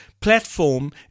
platform